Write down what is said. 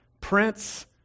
Prince